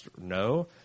No